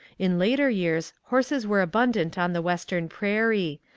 in later years horses were abundant on the western prairie,